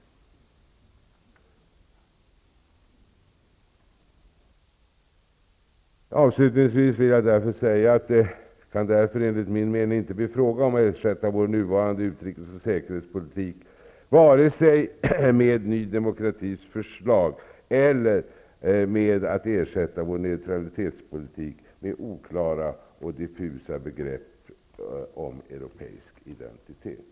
Avslutningsvis vill jag därför säga att det enligt min mening inte kan bli fråga om att ersätta vår nuvarande utrikes och säkerhetspolitik med vare sig Ny demokratis förslag eller med oklara och diffusa begrepp om europeisk identitet.